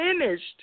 finished